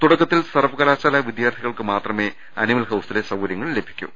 തുടക്കത്തിൽ സർവ്വകലാശാലാ വിദ്യാർത്ഥികൾക്ക് മാത്രമേ അനിമൽ ഹൌസിലെ സൌകര്യങ്ങൾ ലഭി ക്കു